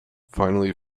finally